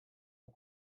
aux